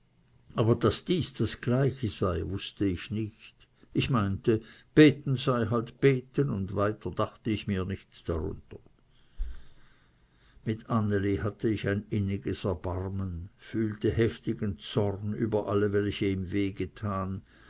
aber daß dies das gleiche sei wußte ich nicht ich meinte beten sei halt beten und weiter dachte ich mir nichts darunter mit anneli hatte ich ein inniges erbarmen fühlte heftigen zorn über alle welche ihm